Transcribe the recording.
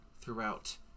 throughout